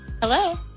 Hello